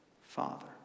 Father